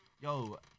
Yo